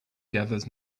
gathers